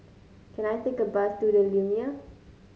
can I take a bus to the Lumiere